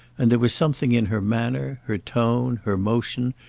and there was something in her manner, her tone, her motion,